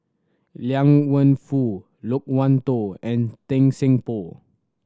Liang Wenfu Loke Wan Tho and Tan Seng Poh